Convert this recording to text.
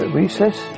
recess